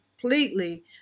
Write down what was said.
completely